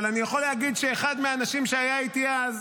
אבל אני יכול להגיד שאחד מהאנשים שהיה איתי אז,